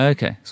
Okay